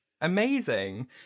amazing